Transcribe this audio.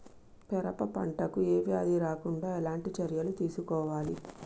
పెరప పంట కు ఏ వ్యాధి రాకుండా ఎలాంటి చర్యలు తీసుకోవాలి?